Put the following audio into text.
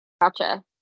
Gotcha